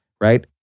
right